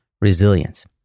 resilience